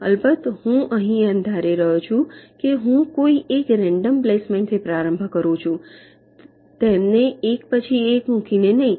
અલબત્ત હું અહીં એમ ધારી રહ્યો છું કે હું કોઈ એક રેન્ડમ પ્લેસમેન્ટથી પ્રારંભ કરું છું તેમને એક પછી એક મૂકીને નહીં